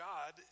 God